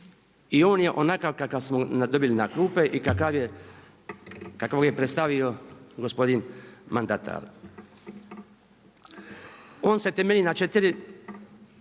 I on je onakav kakav smo dobili na klupe i kakvog je predstavio gospodin mandatar. On se temelji na 4